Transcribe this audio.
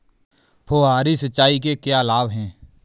फुहारी सिंचाई के क्या लाभ हैं?